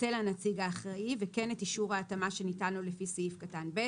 אצל הנציג האחראי וכן את אישור ההתאמה שניתן לו לפי סעיף קטן (ב),